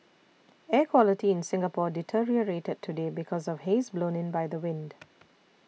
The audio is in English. air quality in Singapore deteriorated today because of haze blown in by the wind